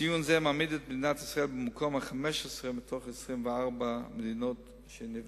ציון זה מעמיד את מדינת ישראל במקום ה-15 מתוך 24 מדינות שנבדקו.